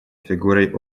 фигурой